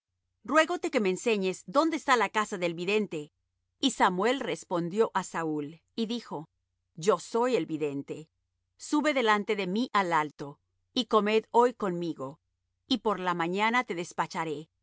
díjole ruégote que me enseñes dónde está la casa del vidente y samuel respondió á saúl y dijo yo soy el vidente sube delante de mí al alto y comed hoy conmigo y por la mañana te despacharé